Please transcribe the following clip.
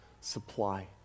supply